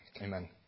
amen